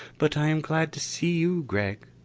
but i am glad to see you, gregg.